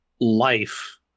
life